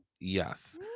Yes